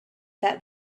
that